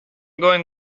going